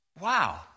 Wow